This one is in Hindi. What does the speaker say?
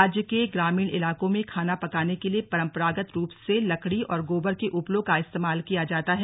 राज्य के ग्रामीण इलाकों में खाना पकाने के लिए परंपरागत रूप से लकड़ी और गोबर के उपलों का इस्तेमाल किया जाता है